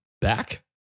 back